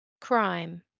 crime